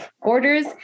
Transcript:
orders